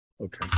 Okay